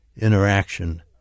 interaction